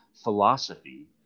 philosophy